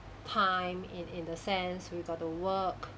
time in in the sense you got to work